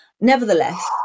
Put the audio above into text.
Nevertheless